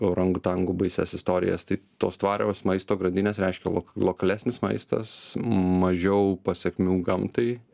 orangutangų baisias istorijas tai tos tvarios maisto grandinės reiškia lo lokalesnis maistas mažiau pasekmių gamtai